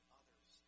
others